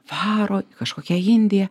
varo į kažkokią indiją